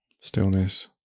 stillness